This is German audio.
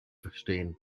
verstehen